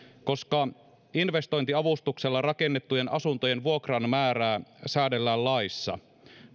koska investointiavustuksella rakennettujen asuntojen vuokran määrää säädellään laissa